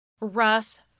Russ